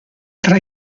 tra